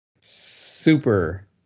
Super